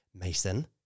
Mason